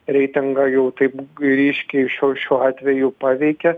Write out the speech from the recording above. reitingą jau taip ryškiai šiuo šiuo atveju paveikė